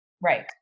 Right